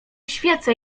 świecę